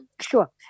sure